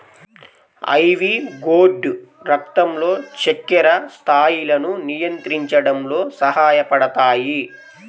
ivy gourd రక్తంలో చక్కెర స్థాయిలను నియంత్రించడంలో సహాయపడతాయి